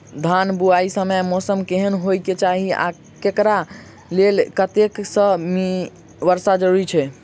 धान बुआई समय मौसम केहन होइ केँ चाहि आ एकरा लेल कतेक सँ मी वर्षा जरूरी छै?